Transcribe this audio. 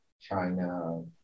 China